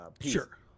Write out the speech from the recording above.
sure